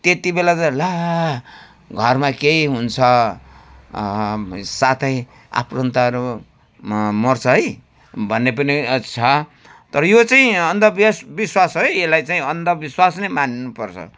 त्यति बेला त ला घरमा केही हुन्छ साथै आफन्तहरू मर्छ है भन्ने पनि छ तर यो चाहिँ अन्धविश्वास विश्वास है यसलाई चाहिँ अन्धविश्वास नै मान्नु पर्छ